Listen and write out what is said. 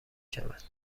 شود